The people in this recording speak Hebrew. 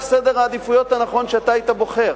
סדר העדיפויות הנכון שאתה היית בוחר.